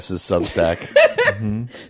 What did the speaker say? Substack